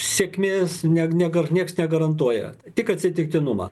sėkmės ne negar nieks negarantuoja tik atsitiktinumą